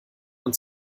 man